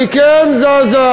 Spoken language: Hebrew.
היא כן זזה.